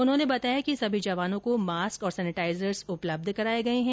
उन्होंने बताया कि सभी जवानों को मास्क और सेनेटाइजर्स उपलब्ध कराए गए हैं